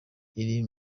iri